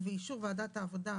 ובאישור ועדת העבודה,